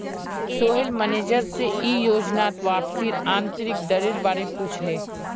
Sohail manager से ई योजनात वापसीर आंतरिक दरेर बारे पुछले